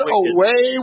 away